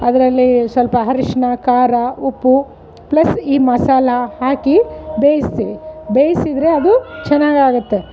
ಅದರಲ್ಲಿ ಸ್ವಲ್ಪ ಅರಿಶ್ನಾ ಖಾರ ಉಪ್ಪು ಪ್ಲಸ್ ಈ ಮಸಾಲ ಹಾಕಿ ಬೇಯಿಸ್ತೀವಿ ಬೇಯಿಸಿದ್ರೆ ಅದು ಚೆನ್ನಾಗಾಗುತ್ತೆ